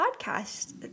podcast